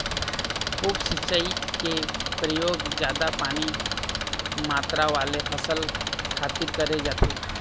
उप सिंचई के परयोग जादा पानी मातरा वाले फसल खातिर करे जाथे